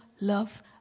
love